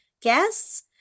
guests